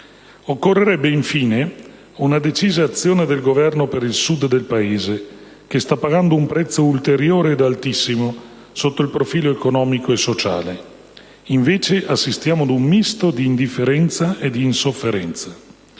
Occorrerebbe - infine - una decisa azione del Governo per il Sud del Paese, che sta pagando un prezzo ulteriore ed altissimo sotto il profilo economico e sociale. Invece assistiamo ad un misto di indifferenza e di insofferenza.